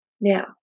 Now